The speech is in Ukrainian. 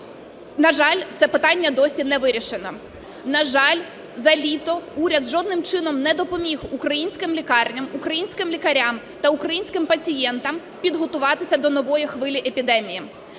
На жаль, це питання досі не вирішено. На жаль, за літо уряд жодним чином не допоміг українським лікарням, українським лікарям та українським пацієнтам підготуватися до нової хвилі епідемії.